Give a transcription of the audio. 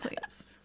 please